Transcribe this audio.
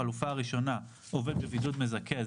החלופה הראשונה היא עובד בבידוד מזכה,